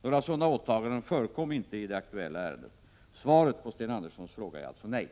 Några sådana åtaganden förekom inte i det aktuella ärendet. Svaret på Sten Anderssons fråga är alltså nej.